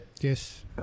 Yes